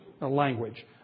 language